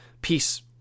Peace